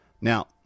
Now